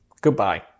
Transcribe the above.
Goodbye